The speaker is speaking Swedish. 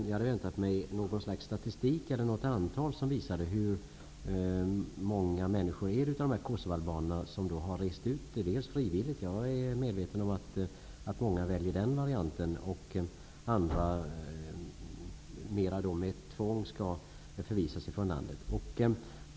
Jag hade väntat mig något slags statistik eller några siffror som visade hur många av dessa kosovoalbaner som har rest ut frivilligt -- jag är medveten om att många väljer den varianten -- och hur många som med tvång får förvisas från landet.